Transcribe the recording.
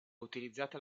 utilizzata